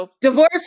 Divorce